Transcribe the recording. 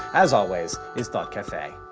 as always, is thought cafe.